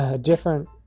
different